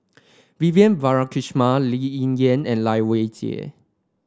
Vivian Balakrishnan Lee Ling Yen and Lai Weijie